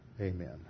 Amen